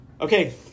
Okay